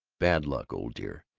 bad luck, old dear,